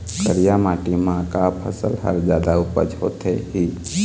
करिया माटी म का फसल हर जादा उपज होथे ही?